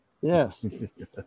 Yes